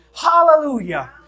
Hallelujah